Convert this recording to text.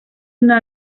una